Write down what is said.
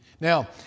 Now